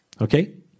Okay